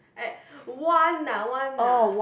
one ah one ah